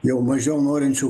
jau mažiau norinčių